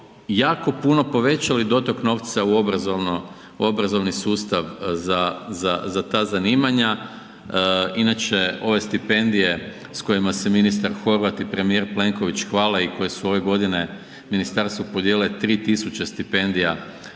jako puno povećali dotok novca u obrazovni sustav za ta zanimanja. Inače ove stipendije s kojima se ministar Horvat i premijer Plenković hvale i koje su ove godine ministarstvu podijelile 3000 stipendija